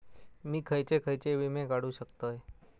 मी खयचे खयचे विमे काढू शकतय?